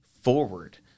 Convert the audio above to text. forward